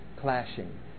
clashing